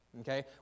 Okay